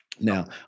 Now